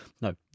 no